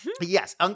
Yes